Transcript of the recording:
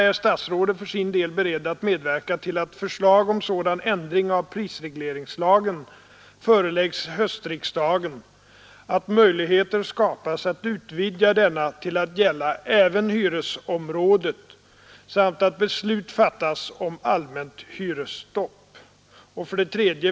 Är statsrådet för sin del beredd att medverka till att förslag om sådan ändring av prisregleringslagen föreläggs höstriksdagen att möjligheter skapas att utvidga denna till att även gälla hyresområdet samt att beslut fattas om allmänt hyresstopp? 3.